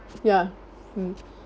ya mm